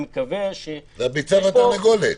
זה הביצה והתרנגולת.